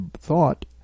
thought